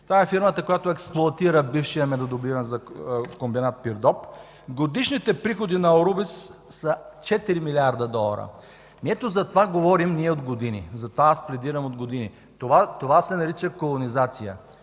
Това е фирмата, която експлоатира бившия Медодобивен комбинат – Пирдоп. Годишните приходи на „Аурубис” са 4 млрд. долара! Ето за това говорим ние от години, затова аз пледирам от години – това се нарича колонизация,